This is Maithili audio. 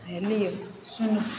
बुझलिए सुनू